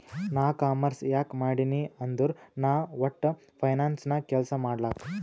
ನಾ ಕಾಮರ್ಸ್ ಯಾಕ್ ಮಾಡಿನೀ ಅಂದುರ್ ನಾ ವಟ್ಟ ಫೈನಾನ್ಸ್ ನಾಗ್ ಕೆಲ್ಸಾ ಮಾಡ್ಲಕ್